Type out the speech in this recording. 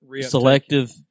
Selective